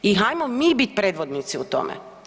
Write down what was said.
I hajmo mi bit predvodnici u tome.